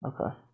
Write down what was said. Okay